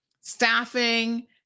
staffing